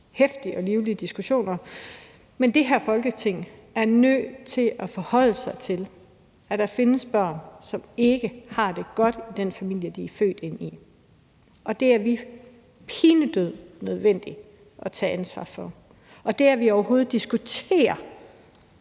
heftige og livlige diskussioner. Men det her Folketing er nødt til at forholde sig til, at der findes børn, som ikke har det godt i den familie, de er født ind i, og det er pinedød nødvendigt, at vi tager ansvar for det. Det, at vi overhovedet diskuterer,